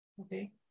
okay